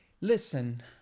listen